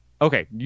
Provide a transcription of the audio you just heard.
Okay